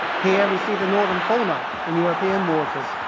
here, we see the northern fauna in european waters.